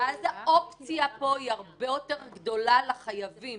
אז האופציה הרבה יותר גדולה לחייבים.